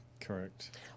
correct